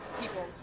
people